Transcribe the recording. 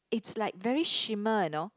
it's like very shimmer you know